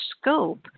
scope